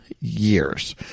years